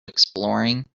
exploring